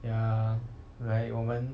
ya right 我们